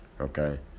okay